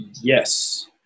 yes